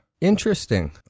Interesting